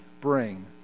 bring